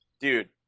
dude